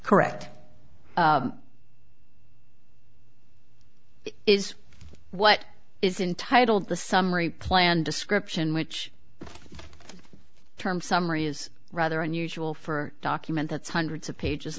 correct is what is intitled the summary plan description which term summary is rather unusual for a document that's hundreds of pages